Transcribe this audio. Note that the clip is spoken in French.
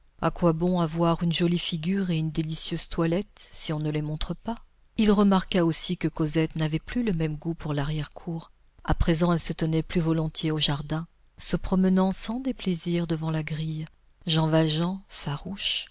à quoi bon avoir une jolie figure et une délicieuse toilette si on ne les montre pas il remarqua aussi que cosette n'avait plus le même goût pour larrière cour à présent elle se tenait plus volontiers au jardin se promenant sans déplaisir devant la grille jean valjean farouche